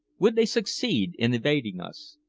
would they succeed in evading us?